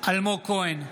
אלמוג כהן,